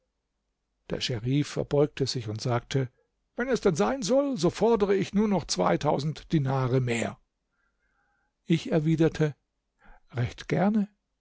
der scherif verbeugte sich und sagte wenn es denn sein soll so fordere ich nur noch zweitausend dinare mehr ich erwiderte recht gerne